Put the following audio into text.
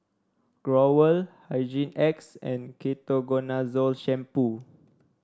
Growell Hygin X and Ketoconazole Shampoo